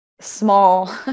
small